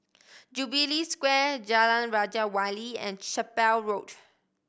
Jubilee Square Jalan Raja Wali and Chapel Road